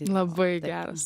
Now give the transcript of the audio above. labai geras